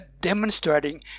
demonstrating